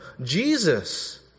Jesus